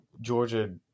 Georgia